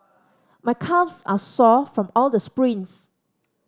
my calves are sore from all the sprints